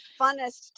funnest